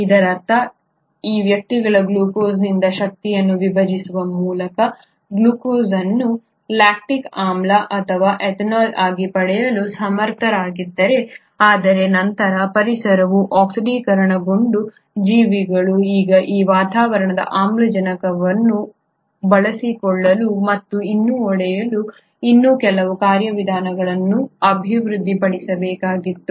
ಇದರರ್ಥ ಈ ವ್ಯಕ್ತಿಗಳು ಗ್ಲೂಕೋಸ್ನಿಂದ ಶಕ್ತಿಯನ್ನು ವಿಭಜಿಸುವ ಮೂಲಕ ಗ್ಲೂಕೋಸ್ ಅನ್ನು ಲ್ಯಾಕ್ಟಿಕ್ ಆಮ್ಲ ಅಥವಾ ಎಥೆನಾಲ್ ಆಗಿ ಪಡೆಯಲು ಸಮರ್ಥರಾಗಿದ್ದಾರೆ ಆದರೆ ನಂತರ ಪರಿಸರವು ಆಕ್ಸಿಡೀಕರಣಗೊಂಡ ಜೀವಿಗಳು ಈಗ ಆ ವಾತಾವರಣದ ಆಮ್ಲಜನಕವನ್ನು ಬಳಸಿಕೊಳ್ಳಲು ಮತ್ತು ಇನ್ನೂ ಒಡೆಯಲು ಇನ್ನೂ ಕೆಲವು ಕಾರ್ಯವಿಧಾನಗಳನ್ನು ಅಭಿವೃದ್ಧಿಪಡಿಸಬೇಕಾಗಿತ್ತು